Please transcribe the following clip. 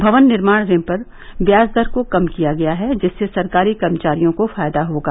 भवन निर्माण ऋण पर ब्याज दर को कम किया गया है जिससे सरकारी कर्मचारियों को फायदा होगा